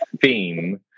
theme